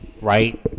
right